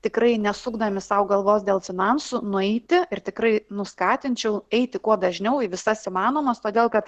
tikrai nesukdami sau galvos dėl finansų nueiti ir tikrai nu skatinčiau eiti kuo dažniau į visas įmanomas todėl kad